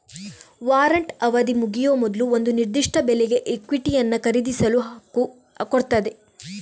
warrant ಅವಧಿ ಮುಗಿಯುವ ಮೊದ್ಲು ಒಂದು ನಿರ್ದಿಷ್ಟ ಬೆಲೆಗೆ ಇಕ್ವಿಟಿಯನ್ನ ಖರೀದಿಸಲು ಹಕ್ಕು ಕೊಡ್ತದೆ